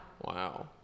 Wow